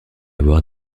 avoir